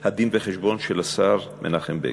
הדין-וחשבון של השר מנחם בגין,